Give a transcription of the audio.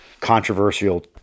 controversial